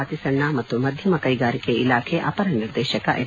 ಅತಿ ಸಣ್ಣ ಮತ್ತು ಮಧ್ಯಮ ಕೈಗಾರಿಕೆ ಇಲಾಖೆ ಅಪರ ನಿರ್ದೇಶಕ ಎಚ್